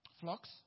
flocks